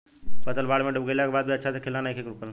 फसल बाढ़ में डूब गइला के बाद भी अच्छा से खिलना नइखे रुकल